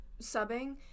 subbing